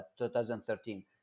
2013